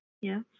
yes